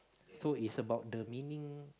so it's about the meaning